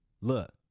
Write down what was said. look